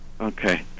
Okay